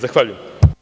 Zahvaljujem.